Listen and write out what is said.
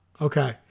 Okay